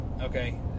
Okay